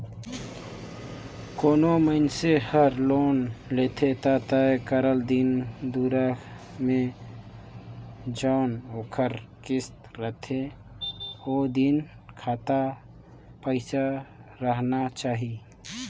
कोनो मइनसे हर लोन लेथे ता तय करल दिन दुरा में जउन ओकर किस्त रहथे ओ दिन में खाता पइसा राहना चाही